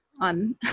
on